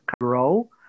grow